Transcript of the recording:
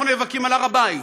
אנחנו נאבקים על הר-הבית,